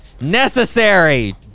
Necessary